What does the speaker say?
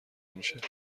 میشود